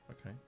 Okay